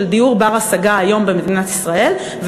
של דיור בר-השגה היום במדינת ישראל.